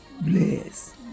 bless